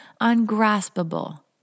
ungraspable